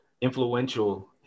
influential